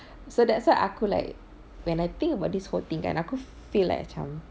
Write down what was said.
so that's why aku like when I think about this whole thing kan aku feel like macam